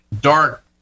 dark